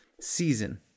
season